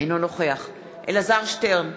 אינו נוכח אלעזר שטרן,